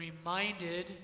reminded